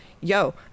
yo